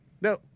No